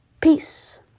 Peace